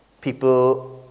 people